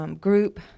group